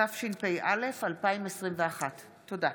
התשפ"א 2021. תודה.